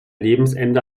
lebensende